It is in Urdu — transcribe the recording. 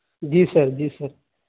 جی سر جی سر